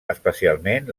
especialment